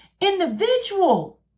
individual